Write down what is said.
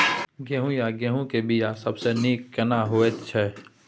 गहूम या गेहूं के बिया सबसे नीक केना होयत छै?